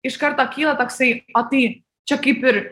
iš karto kyla toksai o tai čia kaip ir